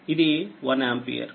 ఇది1 ampere